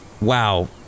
Wow